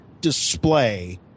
display